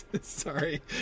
Sorry